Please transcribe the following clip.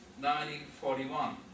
1941